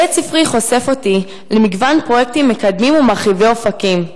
בית-ספרי חושף אותי למגוון פרויקטים מקדמים ומרחיבי אופקים.